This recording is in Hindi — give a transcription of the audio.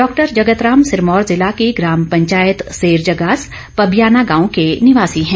डॉक्टर जगत राम सिरमौर जिला की ग्राम पंचायत सेर जगास पबियाना गांव के निवासी है